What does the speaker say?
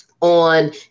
on